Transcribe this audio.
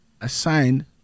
assigned